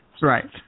Right